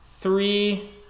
three